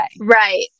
right